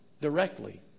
directly